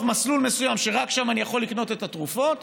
מסלול מסוים שרק בו אני יכול לקנות את התרופות